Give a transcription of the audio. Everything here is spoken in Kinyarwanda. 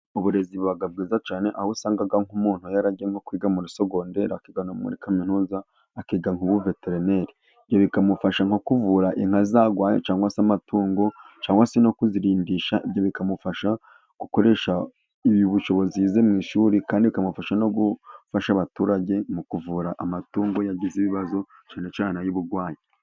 Uburezi bubaga bwiza cyane, aho usangaga nk'umuntu yaragiye kwiga muri segodere, akigana no muri kaminuza, akiga nk'ubuveterineri ibyo bikamufasha nko kuvura inka zarwaye, cyangwa se amatungo yarwaye no kuzirimbisha, ibyo bikamufasha gukoresha ubushobozi yize mu ishuri, kandi bikamufasha no gufasha abaturage mu kuvura amatungo yagize ibibazo cyane cyane by'uburwayi.